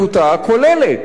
אסירים בבית-הכלא,